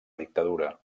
dictadura